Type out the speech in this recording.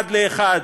אחד לאחד,